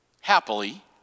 happily